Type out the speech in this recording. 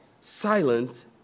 silence